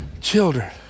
children